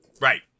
Right